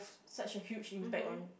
such a huge impact on